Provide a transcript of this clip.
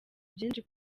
byinshi